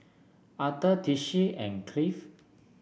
Authur Tishie and Cliff